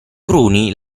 cruni